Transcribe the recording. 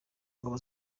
ngabo